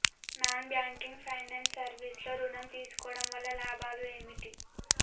Non banking finance service లో ఋణం తీసుకోవడం వల్ల లాభాలు ఏమిటి?